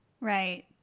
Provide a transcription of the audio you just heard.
Right